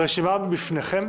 הרשימה בפניכם,